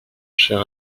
cher